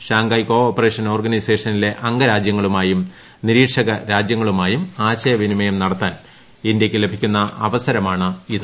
ഷങ്കായ് cooperation ഓർഗനൈസേഷനിലെ അംഗരാജ്യങ്ങളുമായും നി്രീക്ഷക രാജ്യങ്ങളുമായും ആശയ വിനിമയം നടത്താൻ ഇന്ത്യയ്ക്ക് ലഭിക്കുന്ന അവസരമാണ് ഇത്